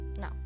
No